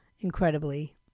incredibly